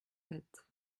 sept